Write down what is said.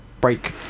break